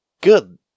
good